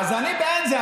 אז אני בעד זה.